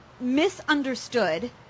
misunderstood